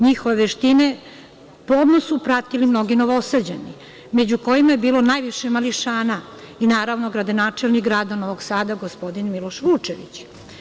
NJihove veštine pomno su pratili mnogi Novosađani među kojima je bilo najviše mališana i naravno gradonačelnik grada Novog Sada, gospodin Miloš Vučević.